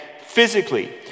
physically